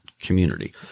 community